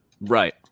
Right